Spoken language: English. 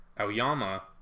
Aoyama